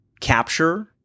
capture